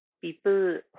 people